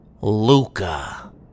Luca